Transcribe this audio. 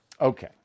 Okay